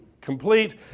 complete